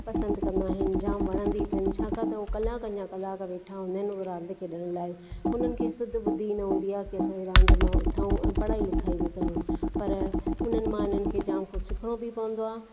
पसंदि कंदा आहिनि जाम वणंदी अथनि छाकाणि त उहो कलाकनि जा कलाक वेठा हूंदा आहिनि हअ रांदि खेॾण लाइ हुननि खे सुधि ॿुधि ई न हूंदी आहे की असां रांदि मां उथूं पढ़ाई लिखाई बि कयूं पर उन्हनि मां हिननि खे जाम कुझु सिखणो बि पवंदो आहे